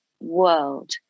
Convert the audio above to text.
world